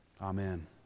Amen